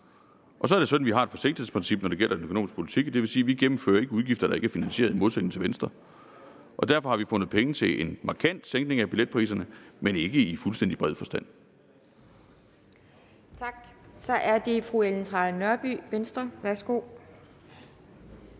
Og så er det sådan, at vi har et forsigtighedsprincip, når det gælder den økonomiske politik, og det vil sige, at vi ikke gennemfører udgifter, der ikke er finansieret, i modsætning til Venstre. Derfor har vi fundet penge til en markant sænkning af billetpriserne, men ikke i fuldstændig bred forstand. Kl. 17:58 Anden næstformand